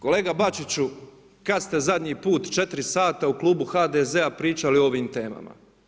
Kolega Bačiću, kad ste zadnji put četiri sata u klubu HDZ-a pričali o ovim temama?